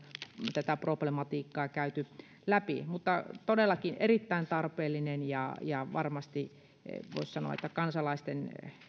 tätä problematiikkaa käyty läpi mutta tämä on todellakin erittäin tarpeellinen ja ja varmasti voisi sanoa että kansalaisten